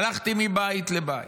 הלכתי מבית לבית,